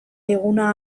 eguna